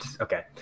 Okay